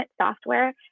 software